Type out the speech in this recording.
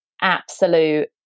absolute